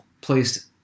placed